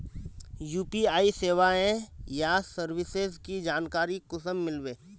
UPI सेवाएँ या services की जानकारी कुंसम मिलबे?